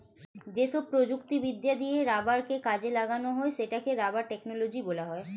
যেসব প্রযুক্তিবিদ্যা দিয়ে রাবারকে কাজে লাগানো হয় সেটাকে রাবার টেকনোলজি বলা হয়